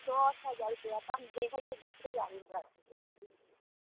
दश हजार रुपआ तऽ हम देखैत छियै दोसरे गाड़ीबला से पूछैत छियै